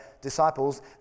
disciples